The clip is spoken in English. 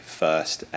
first